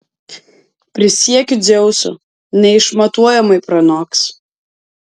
prisiekiu dzeusu neišmatuojamai pranoks